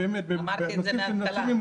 אמרתי את זה בהתחלה,